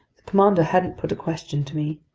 commander hadn't put a question to me.